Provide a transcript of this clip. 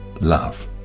love